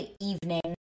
evening